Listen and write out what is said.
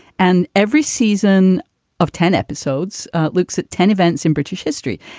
and every season of ten episodes looks at ten events in british history.